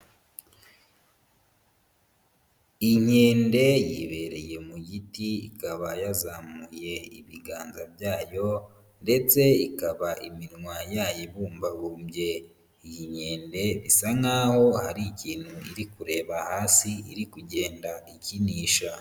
Inkende yibereye mu giti ikaba yazamuye ibiganza byayo ndetse ikaba iminwa yayibumbabumbye, iyi nkende isa nk'aho hari ikintu iri kureba hasi iri kugenda ikinisha.